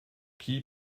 qui